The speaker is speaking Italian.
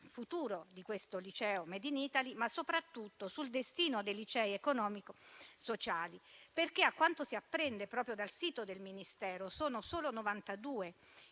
futuro di questo liceo del *made in Italy* e soprattutto sul destino dei licei economico-sociali. A quanto si apprende dal sito del Ministero, sono solo